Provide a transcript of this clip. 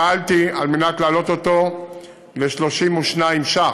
פעלתי על מנת להעלות אותו ל-32 ש"ח